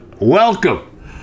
Welcome